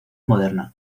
moderna